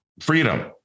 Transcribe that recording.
freedom